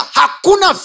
hakuna